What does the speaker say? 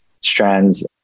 Strand's